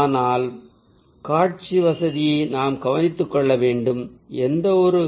ஆனால் காட்சி வசதியை நாம் கவனித்துக் கொள்ள வேண்டும் எந்தவொரு